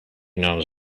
knows